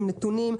עם נתונים,